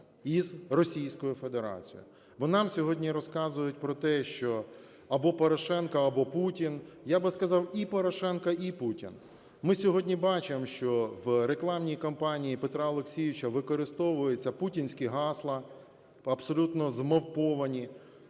із Російською Федерацією. Бо нам сьогодні розказують про те, що або Порошенко, або Путін. Я би сказав: і Порошенко, і Путін. Ми сьогодні бачимо, що в рекламній кампанії Петра Олексійовича використовуються путінські гасла, абсолютно змавповані.